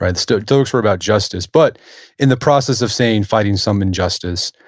and stoics were about justice, but in the process of, say, in fighting some injustice,